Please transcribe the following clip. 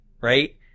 right